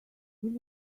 will